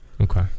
Okay